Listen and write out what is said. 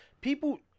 people